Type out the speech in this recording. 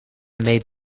made